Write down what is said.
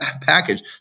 package